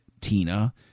Tina